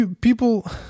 people